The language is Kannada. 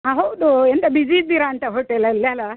ಹಾಂ ಹೌದು ಎಂತ ಬಿಜಿ಼ ಇದ್ದಿರಂತ ಹೋಟೆಲಲ್ಲಿ ಅಲ್ಲಾ